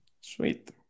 Sweet